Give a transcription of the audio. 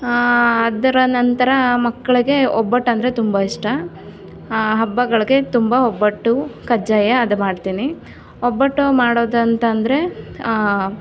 ಅದರ ನಂತರ ಮಕ್ಳಿಗೆ ಒಬ್ಬಟ್ಟೆಂದ್ರೆ ತುಂಬ ಇಷ್ಟ ಹಬ್ಬಗಳಿಗೆ ತುಂಬ ಒಬ್ಬಟ್ಟು ಕಜ್ಜಾಯ ಅದು ಮಾಡ್ತೀನಿ ಒಬ್ಬಟ್ಟು ಮಾಡೋದು ಅಂತ ಅಂದರೆ